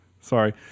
Sorry